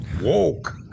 Woke